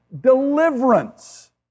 deliverance